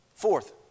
Fourth